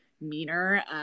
meaner